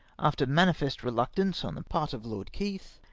after manifest reluctance on the part of lord keith,